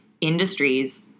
industries